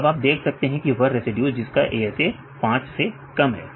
अब आप देख सकते हैं वह रेसिड्यूज जिसकी ASA 5 से कम है